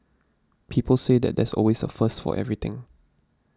people say that there's always a first for everything